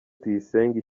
tuyisenge